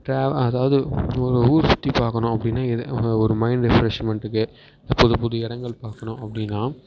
draw அதாவது ஒரு ஊர் சுற்றி பார்க்குணும் அப்படின்னா எது ஒரு மைண்ட் ரெஃப்ரெஷ்ட்மெண்டுக்கு புது புது இடங்கள் பார்க்கணும் அப்படின்னா